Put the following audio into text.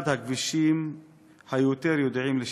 אחד הכבישים היותר-ידועים-לשמצה: